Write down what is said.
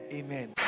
amen